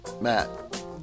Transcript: Matt